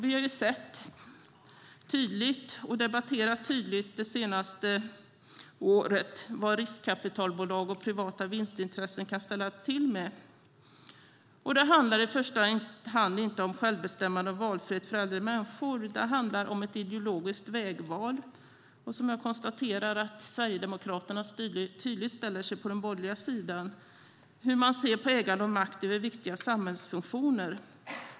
Vi har under det senaste året tydligt sett och debatterat vad riskkapitalbolag och privata vinstintressen kan ställa till med. Det handlar i första hand inte om självbestämmande och valfrihet för äldre människor, utan det handlar om ett ideologiskt vägval - hur man ser på ägande och makt i viktiga samhällsfunktioner. Jag konstaterar att Sverigedemokraterna tydligt ställer sig på den borgerliga sidan.